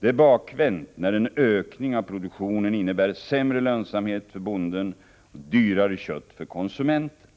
Det är bakvänt när en ökning av produktionen innebär sämre lönsamhet för bonden och dyrare kött för konsumenten.